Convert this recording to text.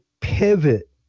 pivot